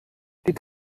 die